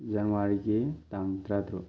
ꯖꯅꯋꯥꯔꯤꯒꯤ ꯇꯥꯡ ꯇꯔꯥꯇꯔꯨꯛ